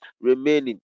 remaining